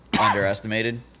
underestimated